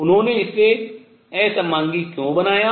उन्होंने इसे असमांगी क्यों बनाया